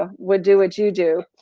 ah would do what you do.